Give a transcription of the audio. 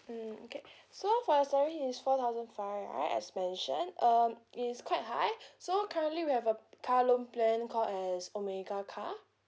mm okay so for your salary is four thousand five right as mentioned um it's quite high so currently we have a car loan plan called as omega car